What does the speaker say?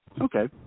Okay